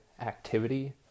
activity